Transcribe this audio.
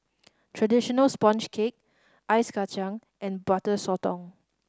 traditional sponge cake Ice Kachang and Butter Sotong